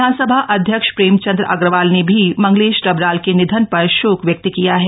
विधानसभा अध्यक्ष प्रेमचंद अग्रवाल ने भी मंगलेश डबराल के निधन पर शोक व्यक्त किया है